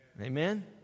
Amen